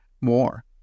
more